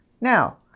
Now